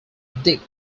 dick